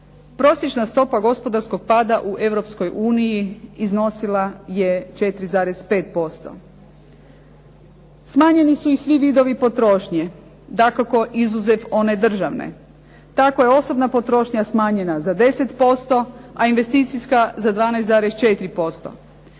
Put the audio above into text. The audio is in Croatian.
Prosječna stopa gospodarskog pada u Europskoj uniji iznosila je 4,5%. Smanjeni su i svi vidovi potrošnje, dakako izuzev one državne. Tako je osobna potrošnja smanjena za 10%, a investicijska za 12,4%.